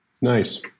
nice